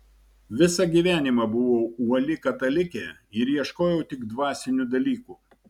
visą gyvenimą buvau uoli katalikė ir ieškojau tik dvasinių dalykų